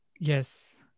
Yes